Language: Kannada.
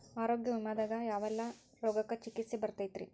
ಆರೋಗ್ಯ ವಿಮೆದಾಗ ಯಾವೆಲ್ಲ ರೋಗಕ್ಕ ಚಿಕಿತ್ಸಿ ಬರ್ತೈತ್ರಿ?